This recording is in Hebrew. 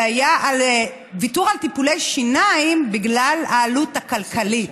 זה היה ויתור על טיפולי שיניים בגלל העלות הכלכלית.